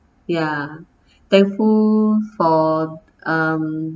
ya thankful for um